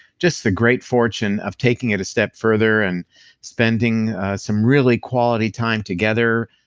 just the great fortune of taking it a step further and spending some really quality time together,